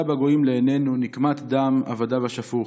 הַגּוֹיִם לעינינו נקמת דם עבדיך השפוך.